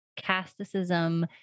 casteism